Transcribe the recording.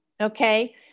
okay